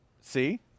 See